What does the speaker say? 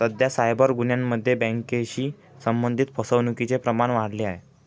सध्या सायबर गुन्ह्यांमध्ये बँकेशी संबंधित फसवणुकीचे प्रमाण वाढले आहे